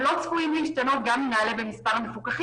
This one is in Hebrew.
הם לא צפויים להשתנות גם אם נעלה במספר המפוקחים,